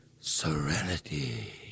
serenity